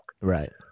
Right